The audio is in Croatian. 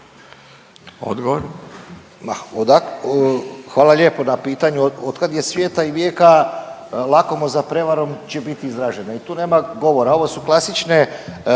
(HDZ)** Hvala lijepo na pitanju. Od kad je svijeta i vijeka lakomost za prevarom će bit izražena i tu nema govora. Ovo su klasične